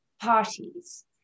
parties